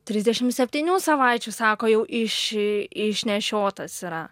trisdešim septynių savaičių sako jau iš išnešiotas yra